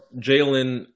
Jalen